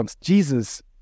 Jesus